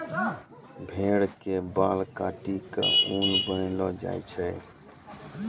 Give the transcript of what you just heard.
भेड़ के बाल काटी क ऊन बनैलो जाय छै